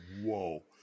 Whoa